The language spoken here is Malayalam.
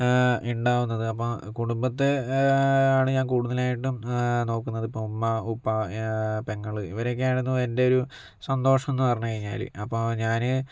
ഉണ്ടാവുന്നത് അപ്പോൾ കുടുംബത്തെ ആണ് ഞാൻ കൂടുതലായിട്ടും നോക്കുന്നത് ഇപ്പം ഉമ്മ ഉപ്പ പെങ്ങള് ഇവരൊക്കെയായിരുന്നു എൻ്റെയൊരു സന്തോഷമെന്ന് പറഞ്ഞ് കഴിഞ്ഞാല് അപ്പം ഞാന്